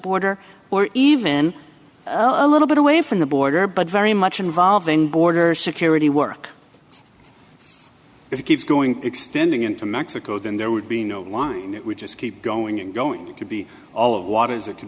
border or even a little bit away from the border but very much involved in border security work if it keeps going extending into mexico then there would be no wind it would just keep going and going to be all of what is it c